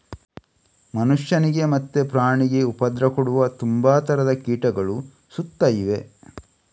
ಮನುಷ್ಯನಿಗೆ ಮತ್ತೆ ಪ್ರಾಣಿಗೆ ಉಪದ್ರ ಕೊಡುವ ತುಂಬಾ ತರದ ಕೀಟಗಳು ಸುತ್ತ ಇವೆ